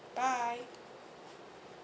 bye